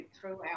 throughout